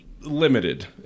limited